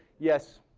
yes.